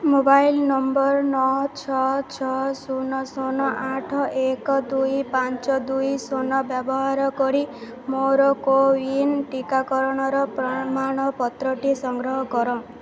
mobile number ନଅ ଛଅ ଛଅ ଶୂନ ଶୂନ ଆଠ ଏକ ଦୁଇ ପାଞ୍ଚ ଦୁଇ ଶୂନ ବ୍ୟବହାର କରି ମୋର କୋୱିନ୍ ଟିକାକରଣର ପ୍ରମାଣପତ୍ରଟି ସଂଗ୍ରହ କର